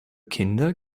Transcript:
kinder